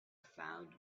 found